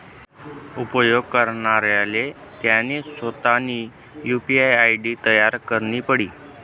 उपेग करणाराले त्यानी सोतानी यु.पी.आय आय.डी तयार करणी पडी